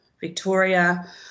Victoria